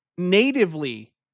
natively